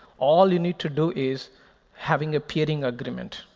all you need to do is having a peering agreement.